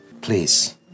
Please